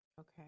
Okay